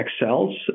excels